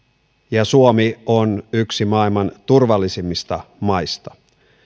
ja suomi on yksi maailman turvallisimmista maista